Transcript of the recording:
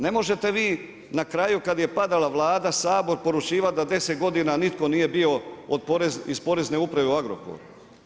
Ne možete vi na kraju, kad je padala Vlada, Sabor, poručivati, da 10 godina, nitko nije bio iz Porezne uprave u Agrokoru.